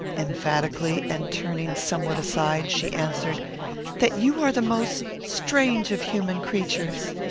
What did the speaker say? emphatically, and turning somewhat aside, she answered that you are the most strange of human creatures.